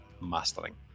Mastering